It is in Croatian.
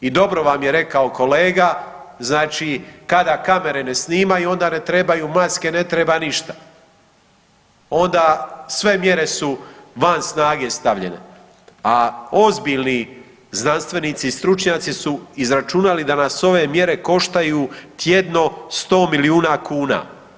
I dobro vam je rekao kolega znači kada kamere ne snimaju onda ne trebaju maske, ne treba ništa, onda sve mjere su van snage stavljene, a ozbiljni znanstvenici i stručnjaci su izračunali da nas ove mjere koštaju tjedno 100 milijuna kuna.